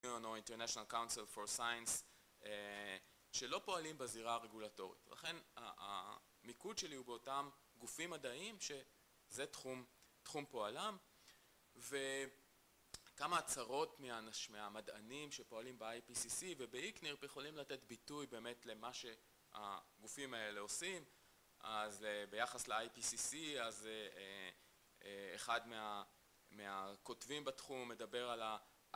או אינטרנצ'נל קאונסל פור סיינס שלא פועלים בזירה הרגולטורית ולכן המיקוד שלי הוא באותם גופים מדעיים שזה תחום פועלם וכמה הצהרות מהמדענים שפועלים ב-IPCC ובאיקנרפ יכולים לתת ביטוי באמת למה שהגופים האלה עושים אז ביחס ל-IPCC אז אחד מהכותבים בתחום מדבר על